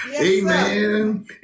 Amen